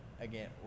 again